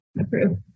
Approve